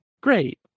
Great